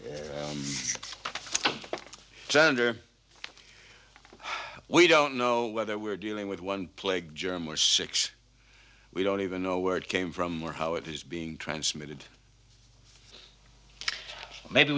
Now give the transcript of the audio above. yet gender we don't know whether we're dealing with one plague germ or six we don't even know where it came from or how it is being transmitted maybe